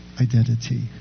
identity